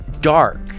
Dark